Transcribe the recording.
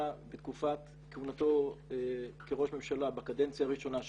בתקופת כהונתו כראש ממשלה בקדנציה הראשונה שלו.